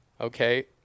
okay